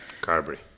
Carberry